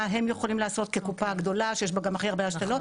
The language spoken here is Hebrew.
מה הם יכולים לעשות כקופה גדולה שיש בה גם הכי הרבה השתלות.